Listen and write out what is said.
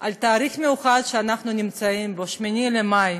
על תאריך מיוחד שאנחנו נמצאים בו, 8 במאי.